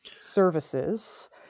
services